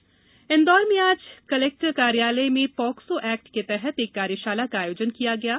कार्यशाला इंदौर में आज कलेक्टर कार्यालय में पॉक्सो एक्ट के तहत एक कार्यशाला का आयोजन किया गया है